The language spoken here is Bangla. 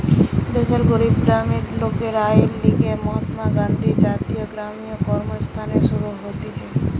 দেশের গরিব গ্রামের লোকের আয়ের লিগে মহাত্মা গান্ধী জাতীয় গ্রামীণ কর্মসংস্থান শুরু হতিছে